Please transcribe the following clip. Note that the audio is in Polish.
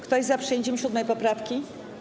Kto jest za przyjęciem 7. poprawki?